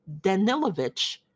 Danilovich